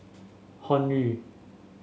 hoyu